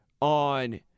on